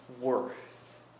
worth